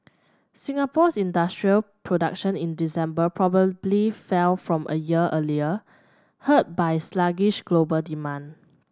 Singapore's industrial production in December probably fell from a year earlier hurt by sluggish global demand